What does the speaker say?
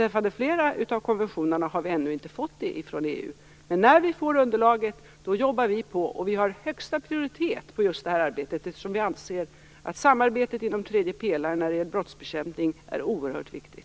I flera fall har vi ännu inte fått det från EU, men när vi får underlaget jobbar vi på. Vi har högsta prioritet på just det här arbetet, eftersom vi anser att samarbetet inom tredje pelaren när det gäller brottsbekämpning är oerhört viktigt.